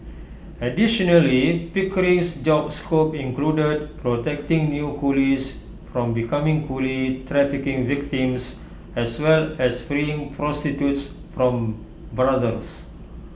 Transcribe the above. additionally pickering's job scope included protecting new coolies from becoming coolie trafficking victims as well as freeing prostitutes from brothels